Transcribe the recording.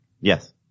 Yes